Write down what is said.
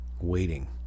waiting